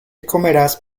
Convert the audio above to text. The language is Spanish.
comerás